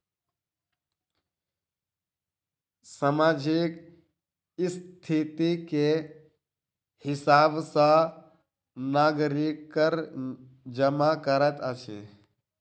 सामाजिक स्थिति के हिसाब सॅ नागरिक कर जमा करैत अछि